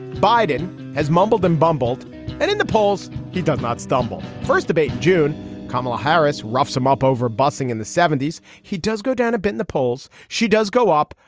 biden has mumbled and bumbled and in the polls. he does not stumble. first debate, june kamala harris wraps him up over busing in the seventy point s he does go down a bit in the polls. she does go up,